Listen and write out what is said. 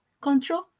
control